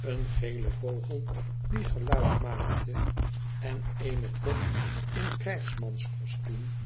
een gelen vogel die geluid maakte en eene pop in krijgsmanscostuum